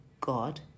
God